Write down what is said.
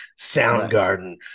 Soundgarden